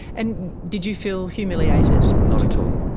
and did you feel humiliated? not at all.